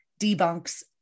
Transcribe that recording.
debunks